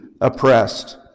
oppressed